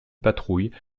patrouille